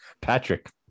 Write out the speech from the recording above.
Patrick